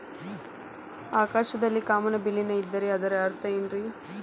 ಆಕಾಶದಲ್ಲಿ ಕಾಮನಬಿಲ್ಲಿನ ಇದ್ದರೆ ಅದರ ಅರ್ಥ ಏನ್ ರಿ?